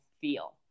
feel